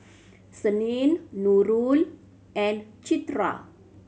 Senin Nurul and Citra